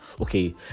okay